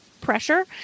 pressure